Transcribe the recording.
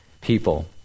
people